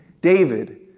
David